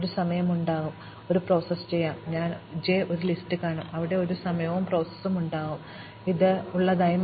ഒരു സമയമുണ്ടാകും ഞാൻ പ്രോസസ്സ് ചെയ്യും ഞാൻ j ഒരു ലിസ്റ്റ് കാണും അവിടെ ഒരു സമയവും പ്രോസസ്സും ഉണ്ടാകും ഇത് ഞാൻ ഉള്ളതായി കാണും